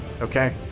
Okay